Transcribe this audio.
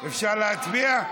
אפשר להצביע?